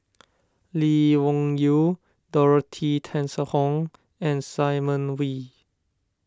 Lee Wung Yew Dorothy Tessensohn and Simon Wee